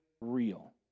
real